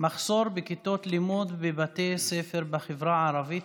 מחסור בכיתות לימוד בבתי ספר בחברה הערבית.